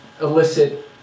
elicit